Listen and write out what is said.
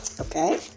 Okay